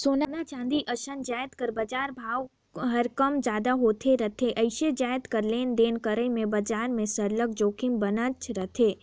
सोना, चांदी असन जाएत कर बजार भाव हर कम जादा होत रिथे अइसने जाएत कर लेन देन करई में बजार में सरलग जोखिम बनलेच रहथे